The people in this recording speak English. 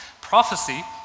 Prophecy